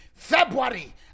february